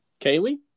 Kaylee